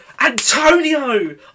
Antonio